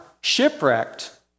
shipwrecked